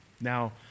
Now